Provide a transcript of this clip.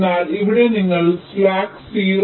എന്നാൽ ഇവിടെ നിങ്ങൾ സ്ലാക്ക് tau p 0